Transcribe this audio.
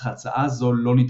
אך הצעה זו לא נתקבלה.